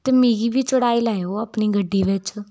ते मिगी बी चढ़ाई लैएओ अपनी गड्डी बिच्च